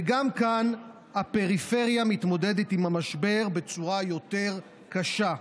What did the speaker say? וגם כאן הפריפריה מתמודדת עם המשבר בצורה יותר קשה.